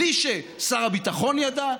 בלי ששר הביטחון ידע,